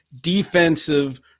defensive